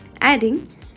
adding